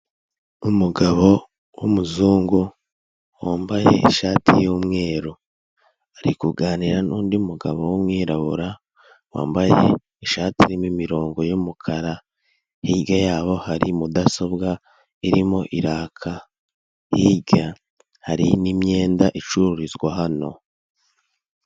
Umugabo w'umuzungu wambaye ishati y'umweru ari kuganira n'undi mugabo w'umwirabura wambaye ishati irimo i'mirongo yumukara hirya yabo hari mudasobwa irimo iraka, hirya hari n'imyenda icururizwa hano.